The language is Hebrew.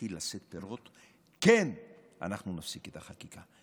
יתחיל לשאת פירות, אנחנו נפסיק את החקיקה.